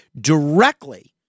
directly